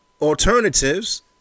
alternatives